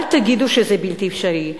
אל תגידו שזה בלתי אפשרי,